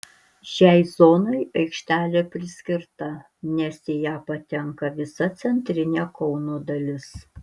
šiai zonai aikštelė priskirta nes į ją patenka visa centrinė kauno dalis